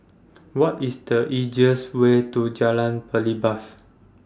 What IS The easiest Way to Jalan Belibas